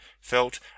felt